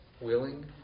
willing